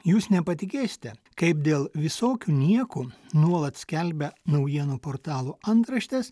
jūs nepatikėsite kaip dėl visokių niekų nuolat skelbia naujienų portalų antraštės